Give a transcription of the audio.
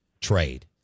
trade